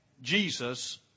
Jesus